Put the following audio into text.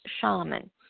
shaman